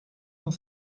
cent